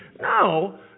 no